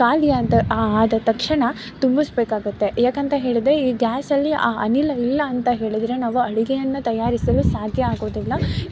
ಖಾಲಿಯಾದ ಆದ ತಕ್ಷಣ ತುಂಬಿಸಬೇಕಾಗುತ್ತೆ ಯಾಕಂತ ಹೇಳಿದರೆ ಈ ಗ್ಯಾಸಲ್ಲಿ ಆ ಅನಿಲ ಇಲ್ಲಂತ ಹೇಳಿದರೆ ನಾವು ಅಡುಗೆಯನ್ನು ತಯಾರಿಸಲು ಸಾಧ್ಯ ಆಗೋದಿಲ್ಲ